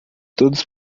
todos